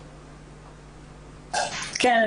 כן.